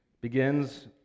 begins